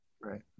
Right